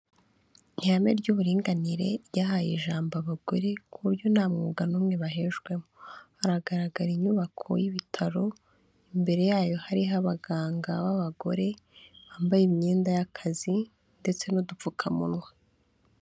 Ihame ry'uburinganire, ryahaye ijambo abagore, ku buryo nta mwuga n'umwe bahejwemo. Haragaragara inyubako y'ibitaro, imbere yayo hariho abaganga b'abagore, bambaye imyenda y'akazi, ndetse n'udupfukamunwa.